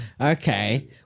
Okay